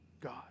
God